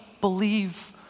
believe